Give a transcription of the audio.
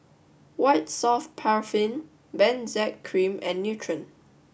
White Soft Paraffin Benzac Cream and Nutren